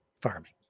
farming